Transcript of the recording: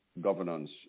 governance